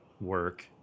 work